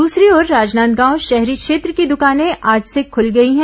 दूसरी ओर राजनांदगांव शहरी क्षेत्र की दुकानें आज से खूल गई हैं